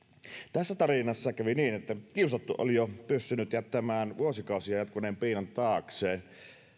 tässä tarinassa kävi niin että kiusattu oli jo pystynyt jättämään vuosikausia jatkuneen piinan taakseen